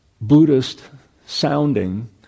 Buddhist-sounding